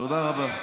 תודה רבה.